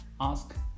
ask